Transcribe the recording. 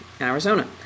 Arizona